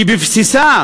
שבבסיסה